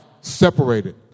separated